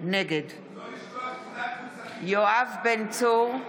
נגד יואב בן צור,